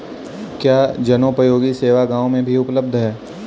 क्या जनोपयोगी सेवा गाँव में भी उपलब्ध है?